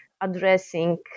addressing